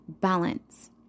balance